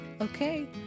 Okay